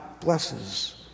blesses